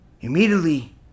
immediately